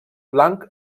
blanc